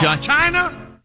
China